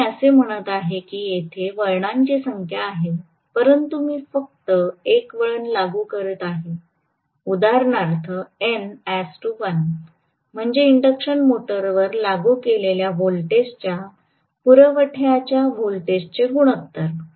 तर मी असे म्हणत आहे की येथे वळणांची संख्या आहे परंतु मी फक्त एक वळण लागू करत आहे उदाहरणार्थ n1 म्हणजे इंडक्शन मोटरवर लागू केलेल्या व्होल्टेजच्या पुरवठ्याच्या व्होल्टेजचे गुणोत्तर